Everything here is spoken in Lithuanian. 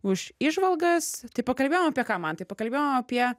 už įžvalgas tai pakalbėjom apie ką mantai pakalbėjom apie